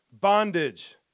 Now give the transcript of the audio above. bondage